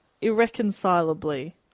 irreconcilably